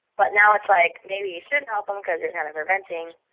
but now it's like maybe you shouldn't help them because you're kind of preventing